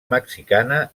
mexicana